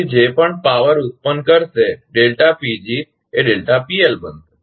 તેથી જે પણ શક્તિપાવર ઉત્પન્ન કરશે એ બનશે